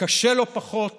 וקשה לא פחות